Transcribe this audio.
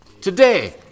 Today